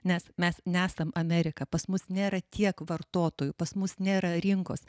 nes mes nesam amerika pas mus nėra tiek vartotojų pas mus nėra rinkos